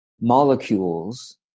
molecules